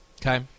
Okay